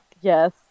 Yes